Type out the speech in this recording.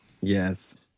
Yes